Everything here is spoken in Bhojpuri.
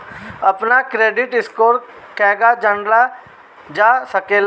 अपना क्रेडिट स्कोर केगा जानल जा सकेला?